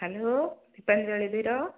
hello Dipanjali Dhir